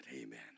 amen